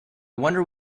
wonder